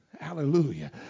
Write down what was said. Hallelujah